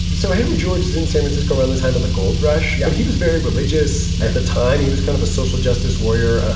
so henry george is in san francisco around the time of the gold rush. but he was very religious at the time. he was kind of a social justice warrior. ah